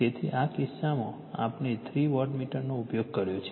તેથી આ કિસ્સામાં આપણે થ્રી વોટમીટરનો ઉપયોગ કર્યો છે